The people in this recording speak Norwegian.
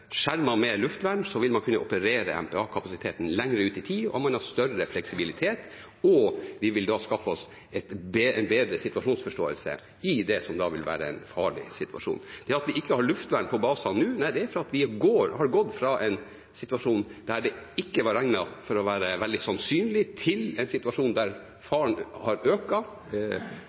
med luftvern vil man kunne operere MPA-kapasiteten lenger ut i tid, man har større fleksibilitet, og vi vil da skaffe oss en bedre situasjonsforståelse i det som da vil være en farlig situasjon. Grunnen til at vi ikke har luftvern på basene nå, er at vi har gått fra en situasjon der fare ikke var regnet for å være veldig sannsynlig, til en situasjon der faren har